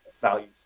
values